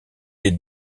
est